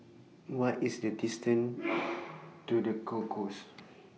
What IS The distance to The Concourse